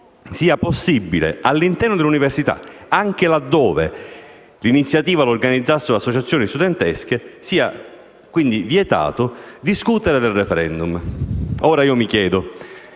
costituzionalisti, all'interno dell'università, anche laddove l'iniziativa la organizzassero le associazioni studentesche, è vietato discutere del *referendum*. Ora io mi chiedo,